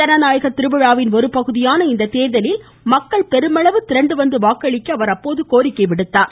ஜனநாயக திருவிழாவின் ஒருபகுதியான இந்த தேர்தலில் மக்கள் பெருமளவு திரண்டுவந்து வாக்களிக்க அவர் அப்போது கோரிக்கை விடுத்துள்ளார்